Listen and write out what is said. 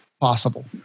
possible